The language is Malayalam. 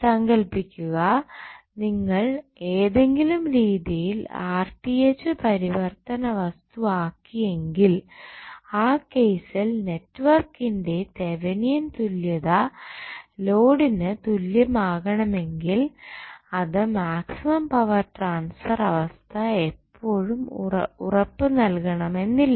സങ്കല്പിക്കുക നിങ്ങൾ ഏതെങ്കിലും രീതിയിൽ പരി വർത്തന വസ്തുവാക്കി എങ്കിൽ ആ കേസിൽ നെറ്റ്വർക്ക് ന്റെ തെവനിയൻ തുല്യത ലോഡിന് തുല്യം ആകണമെങ്കിൽ അത് മാക്സിമം പവർ ട്രാൻസ്ഫർ അവസ്ഥ എപ്പോഴും ഉറപ്പു നൽകണമെന്നില്ല